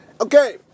Okay